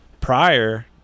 prior